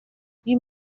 you